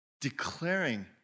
declaring